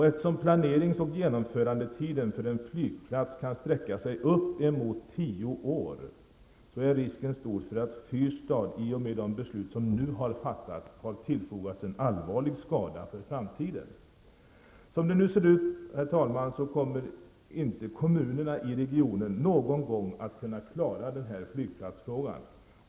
Eftersom planerings och genomförandetiden för en flygplats kan sträcka sin upp emot tio år, är risken stor för att Fyrstad, i och med de beslut som nu har fattats, har tillfogats allvarlig skada för framtiden. Som det nu ser ut, herr talman, kommer inte kommunerna i regionen någon gång att klara den här flygplatsfrågan.